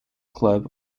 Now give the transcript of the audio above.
club